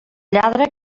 lladre